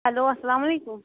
hello السلام علیکُم